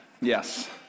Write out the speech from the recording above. Yes